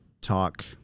talk